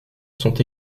sont